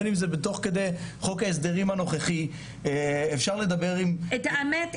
בין אם זה בתוך כדי חוק ההסדרים הנוכחי --- את האמת,